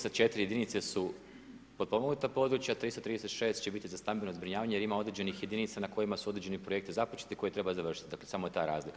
Dakle 304 jedinice su potpomognuta područja, 336 će biti za stambeno zbrinjavanje jer ima određenih jedinica na kojima su određeni projekti započeti koje treba završiti, dakle samo je ta razlika.